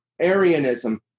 Arianism